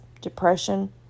depression